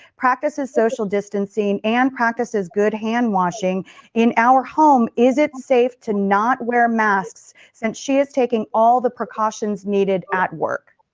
practice is social distancing and practices good handwashing in our home. is it safe to know where mass since she is taking all the precautions needed at work?